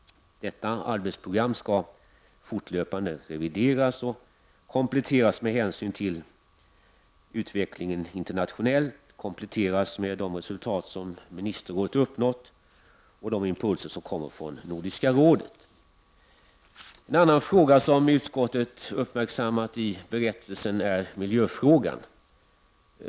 Detta arbetsprogram skall fortlöpande revideras och kompletteras med hänsyn till den internationella utvecklingen. Programmet skall också kompletteras med de resultat som ministerrådet uppnått och de impulser som kommit från Nordiska rådet. En annan fråga som utskottet uppmärksammat i delegationsberättelsen är miljöfrågan.